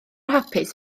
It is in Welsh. hapus